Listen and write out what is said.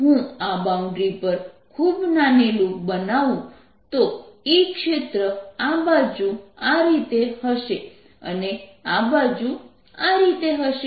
જો હું આ બાઉન્ડ્રી પર ખૂબ નાની લૂપ બનાવું તો E ક્ષેત્ર આ બાજુ આ રીતે હશે અને આ બાજુ આ રીતે હશે